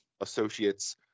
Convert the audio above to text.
associates